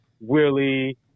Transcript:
Willie